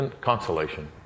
consolation